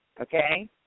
okay